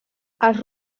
els